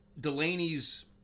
Delaney's